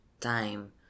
time